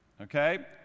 okay